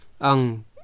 Ang